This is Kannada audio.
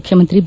ಮುಖ್ಶಮಂತ್ರಿ ಬಿ